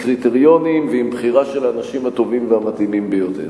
עם קריטריונים ועם בחירה של האנשים הטובים והמתאימים ביותר.